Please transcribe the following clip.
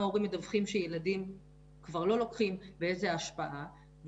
הורים מדווחים שילדים כבר לא לוקחים ואיזו השפעה,